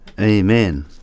Amen